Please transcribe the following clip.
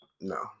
No